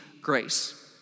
grace